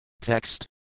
Text